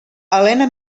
helena